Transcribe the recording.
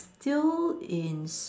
still in